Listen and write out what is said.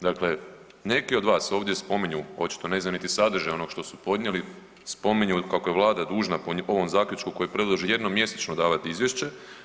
Dakle, neki od vas ovdje spominju, očito ne znaju niti sadržaj onog što su podnijeli, spominju kako je Vlada dužna po ovom zaključku koji predloži jednom mjesečno davati izvješće.